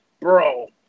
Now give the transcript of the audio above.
bro